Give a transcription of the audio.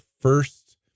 first